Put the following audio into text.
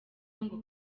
ngo